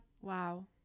Wow